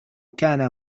كان